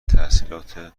تحصیلاتو